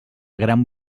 gran